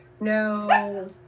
no